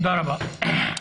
תודה רבה.